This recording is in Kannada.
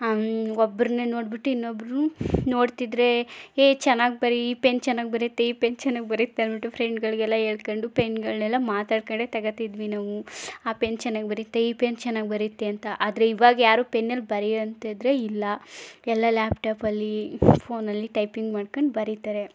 ಒಬ್ಬರನ್ನೇ ನೋಡ್ಬಿಟ್ಟು ಇನ್ನೊಬ್ಬರು ನೋಡ್ತಿದ್ದರೆ ಏ ಚೆನ್ನಾಗಿ ಬರಿ ಈ ಪೆನ್ ಚೆನ್ನಾಗಿ ಬರೆಯುತ್ತೆ ಈ ಪೆನ್ ಚೆನ್ನಾಗಿ ಬರೆಯುತ್ತೆ ಅಂದ್ಬಿಟ್ಟು ಫ್ರೆಂಡ್ಗಳಿಗೆಲ್ಲ ಹೇಳ್ಕೊಂಡು ಪೆನ್ಗಳನ್ನೆಲ್ಲ ಮಾತಾಡ್ಕೊಂಡೆ ತಗೊಳ್ತಿದ್ವಿ ನಾವು ಆ ಪೆನ್ ಚೆನ್ನಾಗಿ ಬರೆಯುತ್ತೆ ಈ ಪೆನ್ ಚೆನ್ನಾಗಿ ಬರೆಯುತ್ತೆ ಅಂತ ಆದರೆ ಈವಾಗ ಯಾರು ಪೆನ್ನಲ್ಲಿ ಬರಿಯುವಂತಂದ್ರೇ ಇಲ್ಲ ಎಲ್ಲ ಲ್ಯಾಪ್ಟಾಪಲ್ಲಿ ಫೋನಲ್ಲಿ ಟೈಪಿಂಗ್ ಮಾಡ್ಕೊಂಡು ಬರಿತಾರೆ